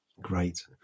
great